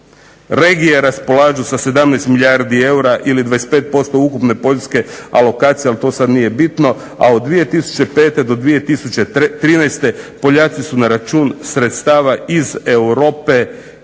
regije raspolažu sa 17 milijardi eura ili 25% ukupne Poljske alokacije ali to sada nije bitno a od 2005. do 2013. Poljaci su na račun sredstava iz Europe implementirali